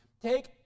Take